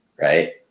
right